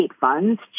funds